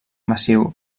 massiu